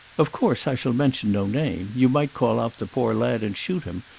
of course i shall mention no name. you might call out the poor lad and shoot him,